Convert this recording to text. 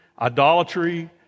idolatry